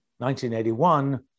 1981